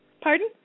Pardon